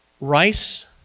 Rice